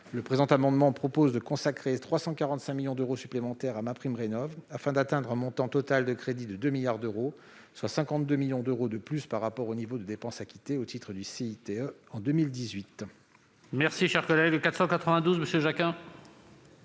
Le présent amendement a pour objet de consacrer 345 millions d'euros supplémentaires à MaPrimRénov'afin d'atteindre un montant total de crédits de 2 milliards d'euros, soit 52 millions d'euros de plus par rapport au niveau de dépenses acquittées au titre du CITE en 2018. L'amendement n° II-492, présenté par MM. Jacquin